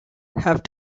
have